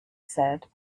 said